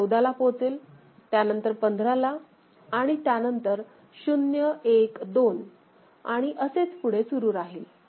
हा 14 ला पोहोचेल त्यानंतर 15 ला आणि त्यानंतर 012 आणि असेच पुढे सुरू राहील